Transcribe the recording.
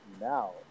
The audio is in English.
now